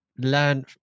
Learn